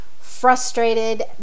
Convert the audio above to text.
frustrated